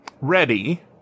ready